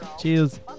Cheers